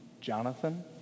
Jonathan